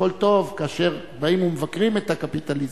הכול טוב כאשר באים ומבקרים את הקפיטליזם,